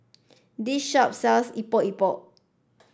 this shop sells Epok Epok